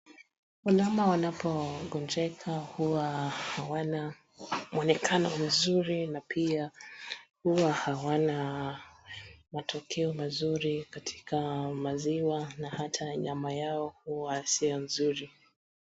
Wanyama wanapogojeka huwa hawana mwonekano mzuri na pia huwa hawana matokea mazuri katika maziwa na hata nyama yao huwa sio nzuri.